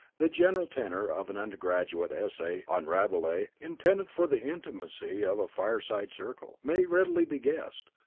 the general tenor of an undergraduate essay on rabelais, intended for the intimacy of a fireside circle, may readily be guessed.